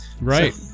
Right